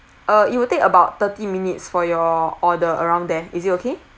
uh it will take about thirty minutes for your order around there is it okay